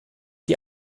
die